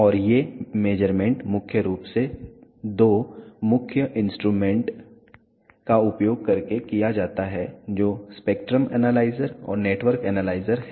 और ये मेज़रमेंट मुख्य रूप से दो मुख्य इंस्ट्रूमेंटस का उपयोग करके किया जाता है जो स्पेक्ट्रम एनालाइजर और नेटवर्क एनालाइजर है